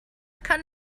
kann